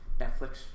Netflix